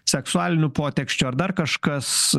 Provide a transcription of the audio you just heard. seksualinių poteksčių ar dar kažkas